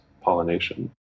pollination